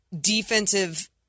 defensive